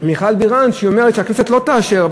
מיכל בירן שאומרת שהכנסת לא תאשר.